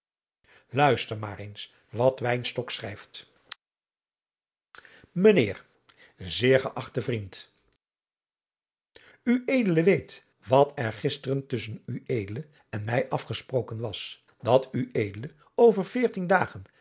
luister maar eens wat wynstok schrijft mijnheer zeer geachte vriend ued weet wat er gisteren tusschen ue en mij afgesproken was dat ue over veertien dagen